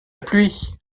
pluie